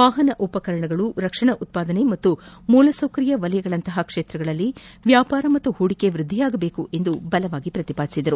ವಾಹನ ಉಪಕರಣಗಳು ರಕ್ಷಣಾ ಉತ್ಪಾದನೆ ಮತ್ತು ಮೂಲಸೌಕರ್ಯ ವಲಯಗಳಂತಹ ಕ್ಷೇತ್ರಗಳಲ್ಲಿ ವ್ಯಾಪಾರ ಮತ್ತು ಹೂಡಿಕೆ ವ್ವದ್ದಿಯಾಗಬೇಕೆಂದು ಬಲವಾಗಿ ಪ್ರತಿಪಾದಿಸಿದರು